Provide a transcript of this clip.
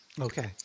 Okay